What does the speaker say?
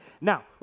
Now